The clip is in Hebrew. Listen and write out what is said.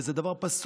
וזה דבר פסול,